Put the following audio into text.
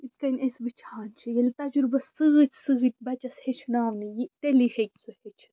یِتھ کٔنۍ أسۍ وٕچھان چھِ ییٚلہِ تجرُبس سۭتۍ سۭتۍ بَچس ہیٚچھناونہٕ یی تیٚلی ہٮ۪کہِ سُہ ہٮٚچھِتھ